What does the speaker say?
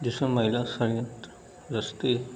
जिसमें महिला षडयंत्र रचती है